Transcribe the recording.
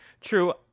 True